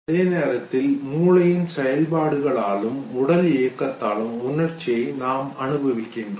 அதே நேரத்தில் மூளையின் செயல்பாடுகளாலும் உடல் இயக்கத்தாலும் உணர்ச்சியை நாம் அனுபவிக்கிறோம்